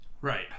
Right